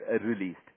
released